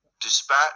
dispatch